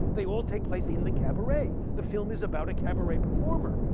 they all take place in the cabaret. the film is about a cabaret performer,